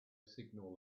signal